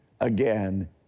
again